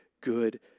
good